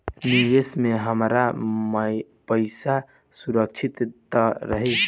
निवेश में हमार पईसा सुरक्षित त रही?